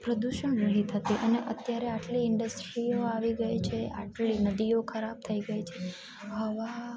પ્રદૂષણ રહિત હતું અને અત્યારે આટલી ઇન્ડસ્ટ્રીઓ આવી ગઈ છે આટલી નદીઓ ખરાબ થઈ ગઈ છે હવા